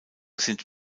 sind